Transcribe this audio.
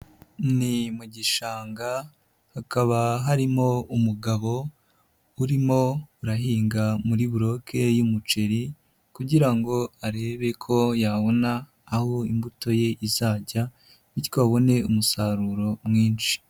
Ni mu gishanga hakaba harimo umugabo urimo urahinga muri broke y'umuceri, kugira ngo arebe ko yabona aho imbuto ye izajya ,bityo abone umusaruro mwinshi.